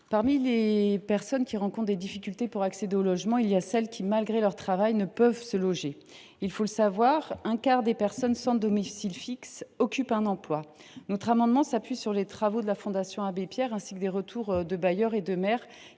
Parmi les personnes qui rencontrent des difficultés pour accéder au logement figurent celles qui, malgré leur travail, ne peuvent se loger. Un quart des personnes sans domicile fixe occupent un emploi. Cet amendement s’appuie sur les travaux de la Fondation Abbé Pierre, ainsi que sur les retours de bailleurs et de maires,